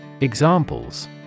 Examples